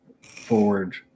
forward